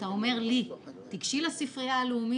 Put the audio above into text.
אתה אומר לי: תיגשי לספריי הלאומית,